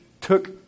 took